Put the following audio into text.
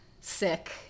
sick